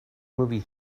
movie